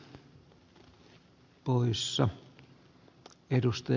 arvoisa puhemies